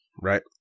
right